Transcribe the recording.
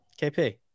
KP